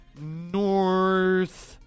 North